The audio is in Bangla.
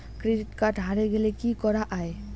ক্রেডিট কার্ড হারে গেলে কি করা য়ায়?